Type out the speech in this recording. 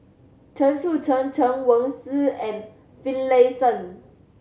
Chen Sucheng Chen Wen Hsi and Finlayson